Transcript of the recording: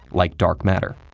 like dark matter.